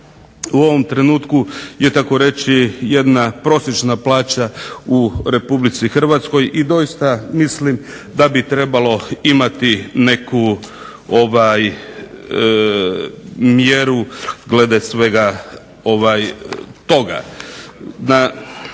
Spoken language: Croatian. u ovom trenutku je tako reći jedna prosječna plaća u Republici Hrvatskoj i doista mislim da bi trebalo imati neku mjeru glede svega toga.